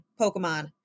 Pokemon